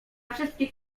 wszystkich